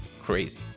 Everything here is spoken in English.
Crazy